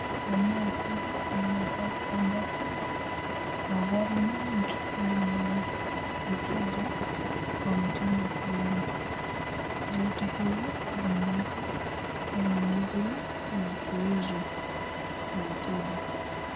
ambapo magari mengi yameegezwa kwa mtindo fulani zote hizi zimewekwa kwa minagili ya kuuzwa kwa wateja.